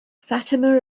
fatima